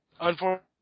Unfortunately